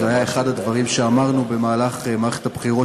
זה היה אחד הדברים שאמרנו במהלך מערכת הבחירות,